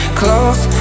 close